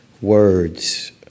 words